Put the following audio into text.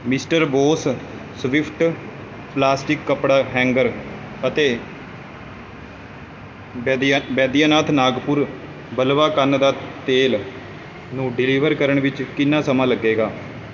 mister boss swift plastic ਕੱਪੜਾ hanger ਅਤੇ ਬੈਦਿਆ ਬੈਦਿਆਨਾਥ ਨਾਗਪੁਰ ਬਿਲਵਾ ਕੰਨ ਦਾ ਤੇਲ ਨੂੰ ਡਿਲੀਵਰ ਕਰਨ ਵਿੱਚ ਕਿੰਨਾ ਸਮਾਂ ਲੱਗੇਗਾ